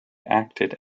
acted